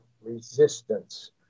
resistance